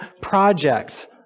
project